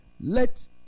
Let